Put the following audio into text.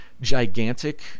gigantic